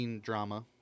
Drama